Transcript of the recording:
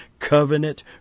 covenant